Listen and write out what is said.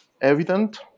evident